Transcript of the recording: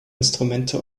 instrumente